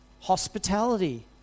Hospitality